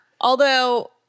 although-